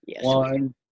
one